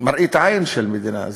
מראית עין של מדינה.